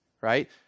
right